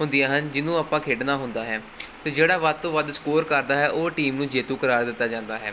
ਹੁੰਦੀਆਂ ਹਨ ਜਿਹਨੂੰ ਆਪਾਂ ਖੇਡਣਾ ਹੁੰਦਾ ਹੈ ਅਤੇ ਜਿਹੜਾ ਵੱਧ ਤੋਂ ਵੱਧ ਸਕੋਰ ਕਰਦਾ ਹੈ ਉਹ ਟੀਮ ਨੂੰ ਜੇਤੂ ਕਰਾਰ ਦਿੱਤਾ ਜਾਂਦਾ ਹੈ